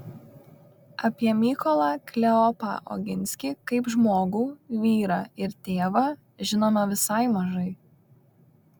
apie mykolą kleopą oginskį kaip žmogų vyrą ir tėvą žinoma visai mažai